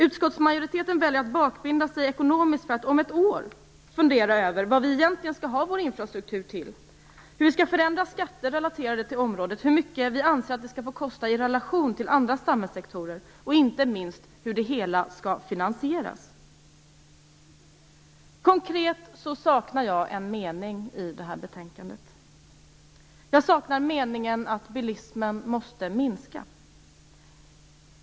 Utskottsmajoriteten väljer att bakbinda sig ekonomiskt för att om ett år fundera över vad vi egentligen skall ha vår infrastruktur till, hur vi skall förändra skatter relaterade till området, hur mycket vi anser att det får kosta i relation till andra samhällssektorer och inte minst hur det hela skall finansieras. Jag saknar en konkret mening i betänkandet om att bilismen måste minska.